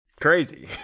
Crazy